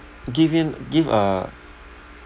give in give a